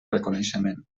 reconeixement